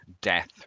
death